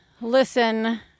listen